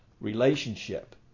relationship